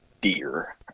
deer